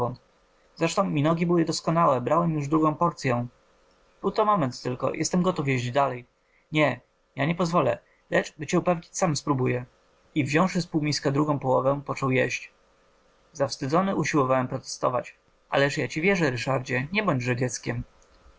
zresztą minogi były doskonałe brałem już drugą porcyę był to moment tylko jestem gotów jeść dalej nie ja nie pozwolę lecz by cię upewnić sam spróbuję i wziąwszy z półmiska drugą połowę począł jeść zawstydzony usiłowałem protestować ależ ja ci wierzę ryszardzie nie